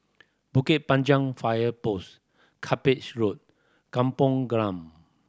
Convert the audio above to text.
Bukit Panjang Fire Post Cuppage Road Kampung Glam